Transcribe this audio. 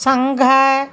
Shanghai